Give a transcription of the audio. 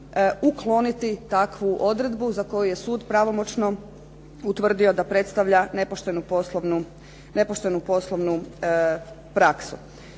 ukloniti takvu odredbu za koju je sud pravomoćno utvrdio da predstavlja nepoštenu poslovnu praksu.